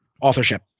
authorship